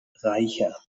reicher